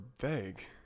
vague